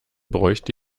bräuchte